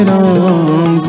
Ram